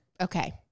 okay